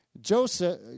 Joseph